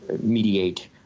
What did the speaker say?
mediate